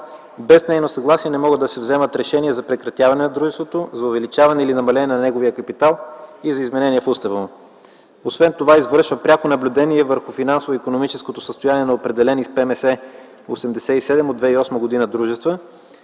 без нейно съгласие не могат да се вземат решения за прекратяване на дружеството, за увеличаване или намаляване на неговия капитал и за изменения в устава му. Освен това извършва пряко наблюдение върху финансово-икономическото състояние на определени с ПМС от 2008 г. 87 дружества,